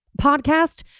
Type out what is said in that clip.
podcast